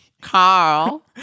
Carl